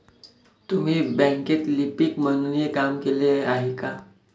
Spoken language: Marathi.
तुम्ही बँकेत लिपिक म्हणूनही काम केले आहे का?